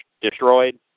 destroyed